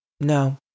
No